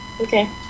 Okay